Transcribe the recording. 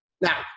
Now